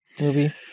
movie